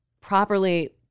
properly